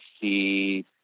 see